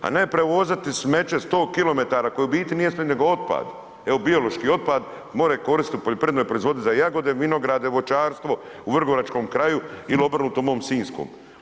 A ne prevozati smeće 100 km koje u biti nije smeće nego otpad, nego biološki otpad, more koristit u poljoprivrednoj proizvodnji za jagode, vinograde, voćarstvo u vrgoračkom kraju ili obrnuto u om sinjskom.